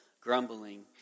Grumbling